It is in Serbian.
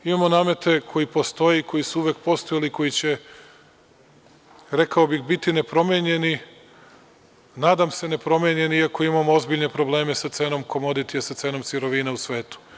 Mi imamo namete koji postoje i koji su uvek postojali i koji će, rekao bih, biti nepromenjeni, nadam se ne promenjeni iako imamo ozbiljne probleme sa cenom „komidit“ sa cenom sirovina u svetu.